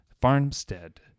Farmstead